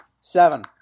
Seven